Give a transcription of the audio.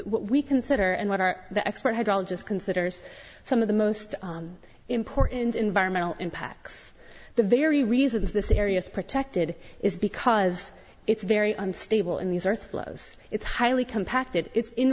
what we consider and what are the expert hydrologist considers some of the most important environmental impacts the very reasons the serious protected is because it's very unstable and these are throws it's highly compacted it's in